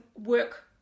work